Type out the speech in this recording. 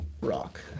rock